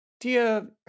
dear